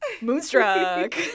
Moonstruck